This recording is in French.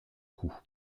cou